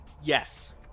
Yes